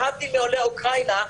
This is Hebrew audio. להבדיל מעולי אוקראינה,